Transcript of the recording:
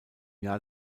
jahr